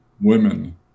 women